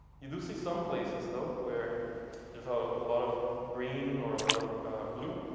you do see some places though where there's ah a lot of green or a lot of blue.